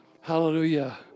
Hallelujah